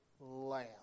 Lamb